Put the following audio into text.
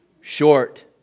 short